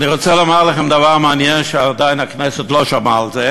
אני רוצה לומר לכם דבר מעניין שעדיין הכנסת לא שמעה עליו: